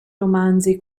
romanzi